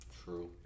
True